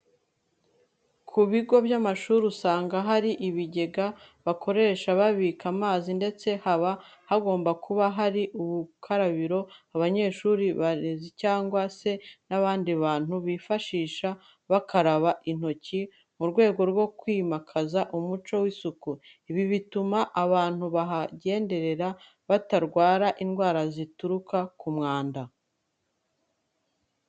Ku bigo by'amashuri usanga hari ibigega bakoresha babika amazi ndetse haba hagomba kuba hari ubukarabiro abanyeshuri, abarezi cyangwa se abandi bantu bifashisha bakaraba intoki mu rwego rwo kwimakaza umuco w'isuku. Ibi bituma abantu bahagenderera batarwara indwara zituruka ku mwanda.